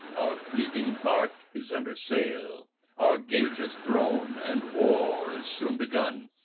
our fleeting bark is under sail our gage is thrown, and war is soon begun,